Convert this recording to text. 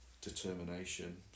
determination